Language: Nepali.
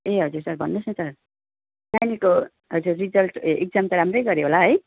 ए हजुर सर भन्नुहोस् न सर नानीको हजुर रिजल्ट ए एक्जाम त राम्रै गऱ्यो होला है